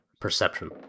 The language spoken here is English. perception